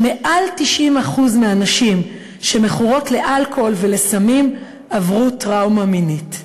שמעל 90% מהנשים שמכורות לאלכוהול ולסמים עברו טראומה מינית.